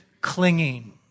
clinging